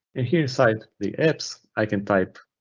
and here inside the apps, i can type